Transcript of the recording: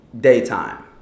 daytime